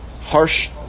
harsh